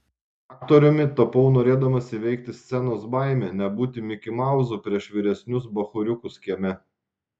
aktoriumi tapau norėdamas įveikti scenos baimę nebūti mikimauzu prieš vyresnius bachūriukus kieme